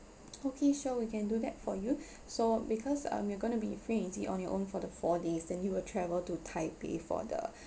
okay sure we can do that for you so because um you're going to be free and easy on your own for the four days and you will travel to taipei for the